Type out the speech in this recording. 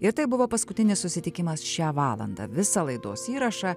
ir tai buvo paskutinis susitikimas šią valandą visą laidos įrašą